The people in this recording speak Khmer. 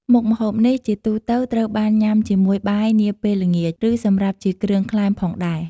មុខម្ហូបនេះ ជាទូទៅត្រូវបានញ៉ាំជាមួយបាយនាពេលល្ងាចឬសម្រាប់ជាគ្រឿងក្លែមផងដែរ។